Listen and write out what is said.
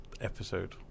episode